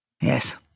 Yes